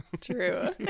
true